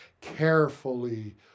carefully